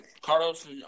Carlos